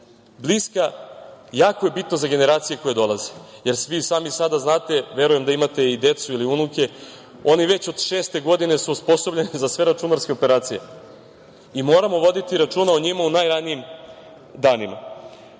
bliska, jako je bitno za generacije koje dolaze. Svi znate, verujem da imate i decu ili unuke, oni već od šeste godine su osposobljeni za sve računarske operacije. Moramo voditi računa o njima u najranijim danima. Neću